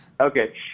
Okay